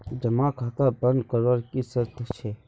जमा खाता बन करवार की शर्त छे?